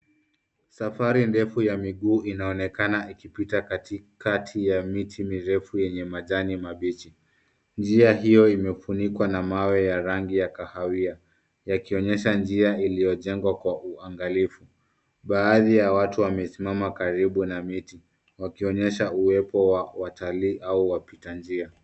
Safari ndefu ya miguu inaonekana ikipiata katikati ya miti mirefu yenye majani kibichi. Njia hiyo imefunikwa na mawe ya rangi ya kahawia ikionyesha njia iliyojengwa kwa uangalifu. Baadhi ya watu wamesimama karibu na miti wakionyesha uwepo wa watalii au wapita njia.